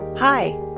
Hi